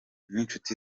n’inshuti